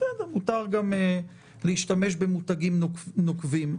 מותר גם להשתמש במותגים נוקבים,